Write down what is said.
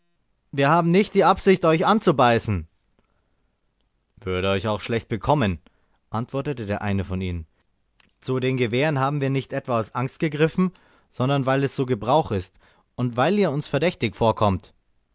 wir haben nicht die absicht euch anzubeißen würde euch auch schlecht bekommen antwortete der eine von ihnen wir können nämlich auch beißen zu den gewehren haben wir nicht etwa aus angst gegriffen sondern weil es so gebrauch ist und weil ihr uns verdächtig vorkommt